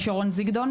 אני שרון זיגדון,